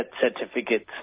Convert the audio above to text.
certificates